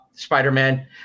Spider-Man